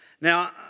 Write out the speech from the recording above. Now